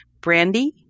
brandy